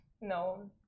No